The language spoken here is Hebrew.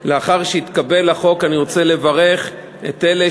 לאחר שהתקבל החוק אני רוצה לברך את אלה